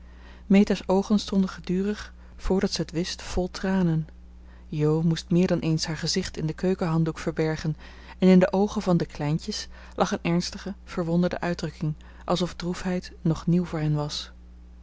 meta's oogen stonden gedurig voordat ze het wist vol tranen jo moest meer dan eens haar gezicht in den keukenhanddoek verbergen en in de oogen van de kleintjes lag een ernstige verwonderde uitdrukking alsof droefheid nog nieuw voor hen was